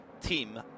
team